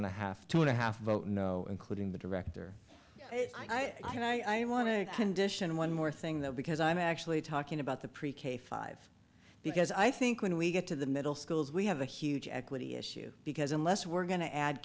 to have two and a half vote no including the director i don't i want to condition one more thing that because i'm actually talking about the pre k five because i think when we get to the middle schools we have a huge equity issue because unless we're going to add